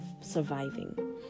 Surviving